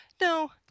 No